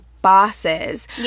bosses